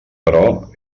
però